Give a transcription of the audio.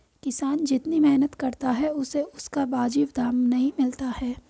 किसान जितनी मेहनत करता है उसे उसका वाजिब दाम नहीं मिलता है